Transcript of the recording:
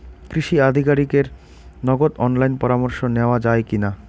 কৃষি আধিকারিকের নগদ অনলাইন পরামর্শ নেওয়া যায় কি না?